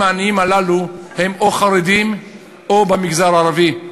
העניים הללו הם או חרדים או במגזר הערבי,